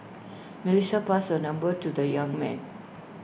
Melissa passed her number to the young man